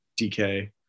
DK